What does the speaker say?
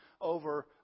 over